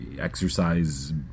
exercise